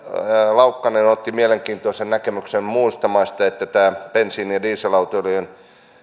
laukkanen otti mielenkiintoisen näkemyksen muista maista että tämä bensiini ja dieselautojen